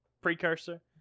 precursor